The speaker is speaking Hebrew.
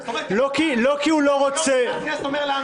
זאת אומרת, יו"ר ועדת הכנסת אומר לנו